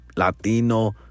Latino